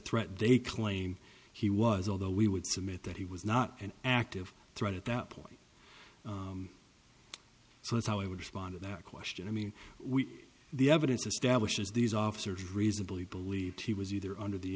threat they claim he was although we would submit that he was not an active threat at that point so that's how i would respond to that question i mean we the evidence establishes these officers reasonably believed he was either under the